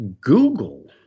Google